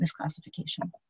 misclassification